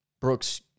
Brooks